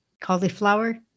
cauliflower